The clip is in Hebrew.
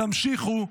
תמשיכו.